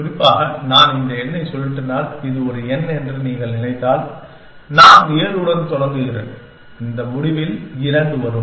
குறிப்பாக நான் இந்த எண்ணை சுழற்றினால் இது ஒரு எண் என்று நீங்கள் நினைத்தால் நான் 7 உடன் தொடங்குகிறேன் இந்த முடிவில் 2 வரும்